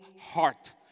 heart